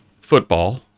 football